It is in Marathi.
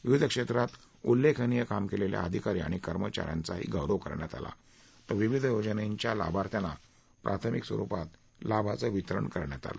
विविध क्षेत्रात उल्लेखनीय काम केलेल्या अधिकारी आणि कर्मचाऱ्यांचाही गौरव करण्यात आला तर विविध योजनांच्या लाभार्थ्यांना प्राथमिक स्वरूपात लाभाचं वितरण करण्यात आलं